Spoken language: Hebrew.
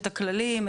את הכללים,